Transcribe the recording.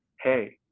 hey